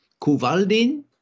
Kuvaldin